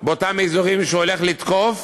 באותם אזורים שהוא הולך לתקוף,